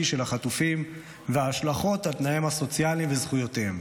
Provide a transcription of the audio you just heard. של החטופים וההשלכות על תנאיהם הסוציאליים וזכויותיהם.